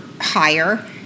higher